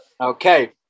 Okay